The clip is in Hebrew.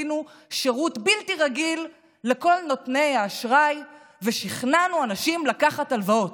עשינו שירות בלתי רגיל לכל נותני האשראי ושכנענו אנשים לקחת הלוואות.